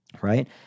Right